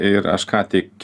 ir aš ką tik